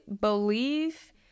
believe